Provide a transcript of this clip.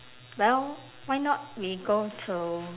well why not we go to